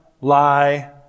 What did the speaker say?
lie